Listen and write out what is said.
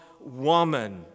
woman